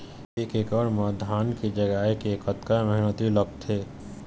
एक एकड़ म धान के जगोए के कतका मेहनती लगथे?